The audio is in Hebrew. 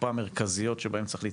תורפה מרכזיות שבהן צריך להתמקד.